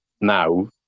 now